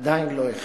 עדיין לא החל.